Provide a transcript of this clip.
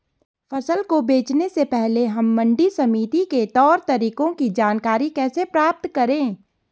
फसल को बेचने से पहले हम मंडी समिति के तौर तरीकों की जानकारी कैसे प्राप्त करें?